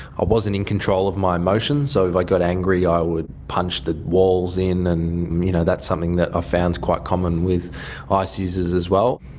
i wasn't in control of my emotions, so if i got angry i would punch the walls in, and you know that's something that i found quite common with ice users as well.